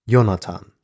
Jonathan